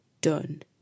done